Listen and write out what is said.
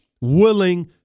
willing